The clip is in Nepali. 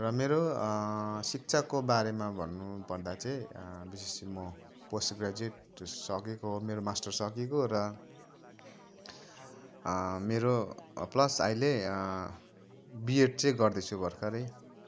र मेरो शिक्षाको बारेमा भन्नुपर्दा चाहिँ विशेष म पोस्ट ग्र्याजुएट सकेको हो मेरो मास्टर सकेको र मेरो प्लस अहिले बिएड चाहिँ गर्दैछु भर्खरै